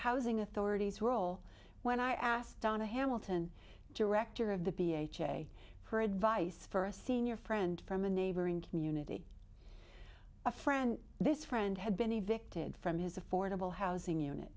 housing authority's role when i asked donna hamilton director of the b h a for advice for a senior friend from a neighboring community a friend this friend had been a victim from his affordable housing unit